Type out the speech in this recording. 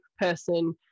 person